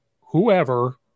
Whoever